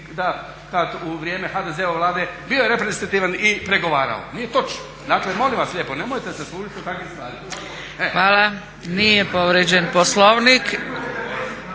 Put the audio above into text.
sindikat u vrijeme HDZ-ove Vlade. Bio je reprezentativan i pregovarao, nije točno. Dakle, molim vas lijepo, nemojte se služiti sa takvim stvarima. **Zgrebec, Dragica